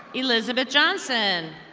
elizabeth johnson.